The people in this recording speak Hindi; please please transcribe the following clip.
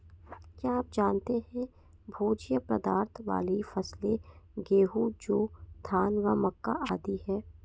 क्या आप जानते है भोज्य पदार्थ वाली फसलें गेहूँ, जौ, धान व मक्का आदि है?